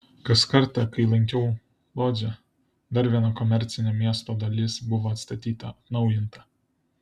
kas kartą kai lankiau lodzę dar viena komercinė miesto dalis buvo atstatyta atnaujinta